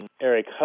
Eric